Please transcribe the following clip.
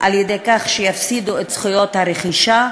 על-ידי כך שיפסידו את זכויות הרכישה,